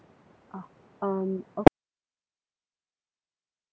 ah um okay miss mm